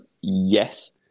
Yes